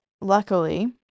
luckily